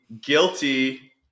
guilty